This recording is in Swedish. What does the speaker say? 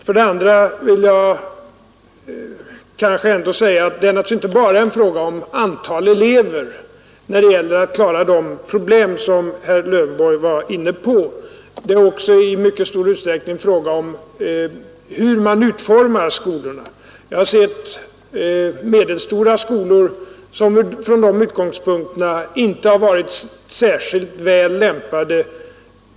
För det andra vill jag säga att det naturligtvis inte bara är fråga om antalet elever när det gäller att klara de problem som herr Lövenborg här var inne på. Det är också i mycket stor utsträckning fråga om hur man utformar skolorna. Jag har sett medelstora skolor, som från de utgångspunkterna inte har varit särskilt väl lämpade.